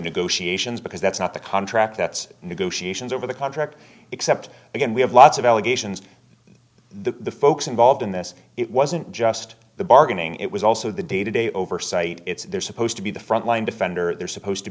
negotiations because that's not the contract that's negotiations over the contract except again we have lots of allegations the folks involved in this it wasn't just the bargaining it was also the day to day oversight they're supposed to be the front line defender they're supposed to